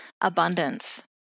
abundance